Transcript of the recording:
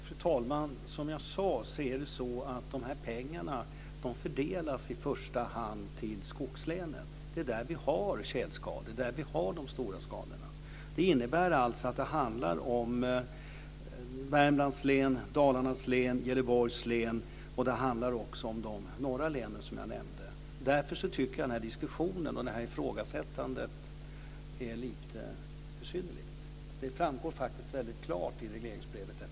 Fru talman! Som jag sade fördelas de här pengarna i första hand till skogslänen. Det är de län som har tjälskadorna och de stora skadorna. Det innebär alltså att det handlar om Värmlands län, Dalarnas län, Gävleborgs län. Det handlar också om de norra länen, som jag nämnde. Därför tycker jag att den här diskussionen och det här ifrågasättandet är lite besynnerligt. Detta framgår faktiskt väldigt klart i regleringsbrevet.